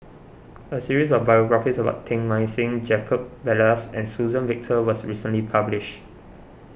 a series of biographies about Teng Mah Seng Jacob Ballas and Suzann Victor was recently published